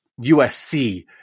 USC